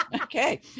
Okay